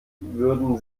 würden